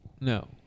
no